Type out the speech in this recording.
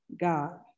God